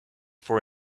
for